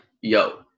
yo